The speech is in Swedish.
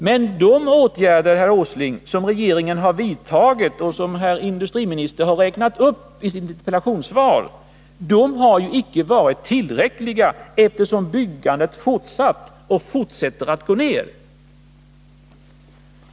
Men de åtgärder, herr Åsling, som regeringen vidtagit och som herr industriministern räknat upp i sitt interpellationssvar har icke varit tillräckliga, eftersom byggandet fortsätter att gå ned.